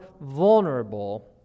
vulnerable